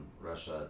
russia